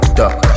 duck